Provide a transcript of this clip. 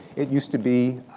it used to be,